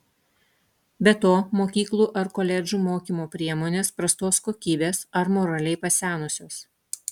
be to mokyklų ar koledžų mokymo priemonės prastos kokybės ar moraliai pasenusios